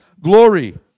glory